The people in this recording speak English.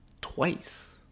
twice